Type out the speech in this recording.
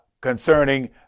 Concerning